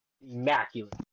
immaculate